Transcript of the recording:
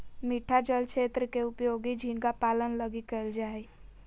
मीठा जल क्षेत्र के उपयोग झींगा पालन लगी कइल जा हइ